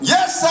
Yes